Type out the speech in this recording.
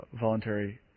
voluntary